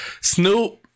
Snoop